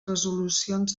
resolucions